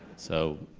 so,